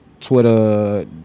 Twitter